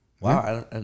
Wow